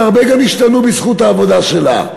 והרבה גם ישתנו בזכות העבודה שלה,